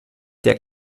der